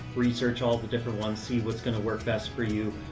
research all the different ones, see what's going to work best for you.